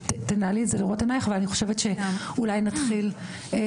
תנהלי את זה לפי ראות עינך ואני חושבת שאולי נתחיל מהאורחים